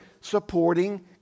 supporting